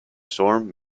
storm